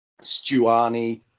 Stuani